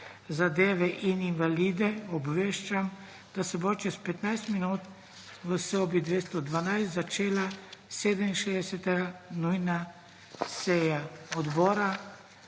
zadeve in invalide obveščam, da se bo čez 15 minut v so bi 212 začela 67. nujna seja odbora.